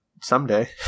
someday